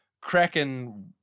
cracking